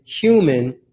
human